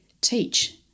teach